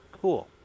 cool